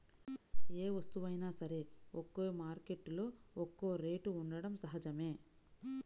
ఏ వస్తువైనా సరే ఒక్కో మార్కెట్టులో ఒక్కో రేటు ఉండటం సహజమే